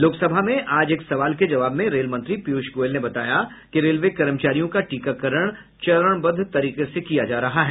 लोकसभा में आज एक सवाल के जवाब में रेल मंत्री पीयूष गोयल ने बताया कि रेलवे कर्मचारियों का टीकाकरण चरणबद्ध तरीके से किया जा रहा है